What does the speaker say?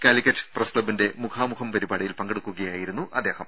Calicut press ക്ലബ്ബിന്റെ മുഖാമുഖം പരിപാടിയിൽ പങ്കെടുക്കുകയായിരുന്നു അദ്ദേഹം